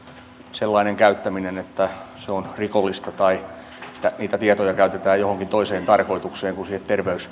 sellainen käyttäminen että se on rikollista tai tietoja käytetään johonkin toiseen tarkoitukseen kuin